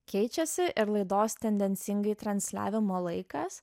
keičiasi ir laidos tendencingai transliavimo laikas